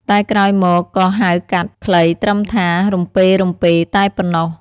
តែក្រោយមកក៏ហៅកាត់ ខ្លីត្រឹមថា រំពេៗ តែប៉ុណ្ណោះ ។